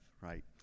right